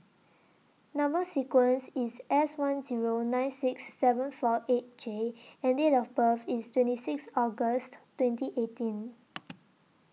Number sequence IS S one Zero nine six seven four eight J and Date of birth IS twenty six August twenty eighteen